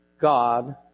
God